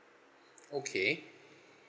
okay